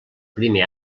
primer